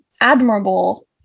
admirable